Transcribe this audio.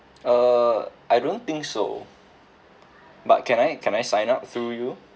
err I don't think so but can I can I sign up through you